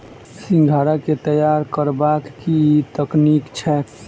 सिंघाड़ा केँ तैयार करबाक की तकनीक छैक?